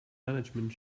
management